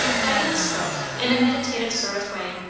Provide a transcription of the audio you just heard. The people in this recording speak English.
diana spoke in a meditative sort of way.